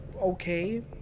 okay